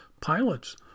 Pilots